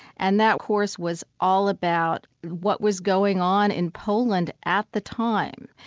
and that course was all about what was going on in poland at the time.